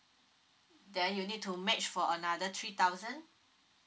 then you need to match for another three thousand